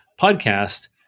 podcast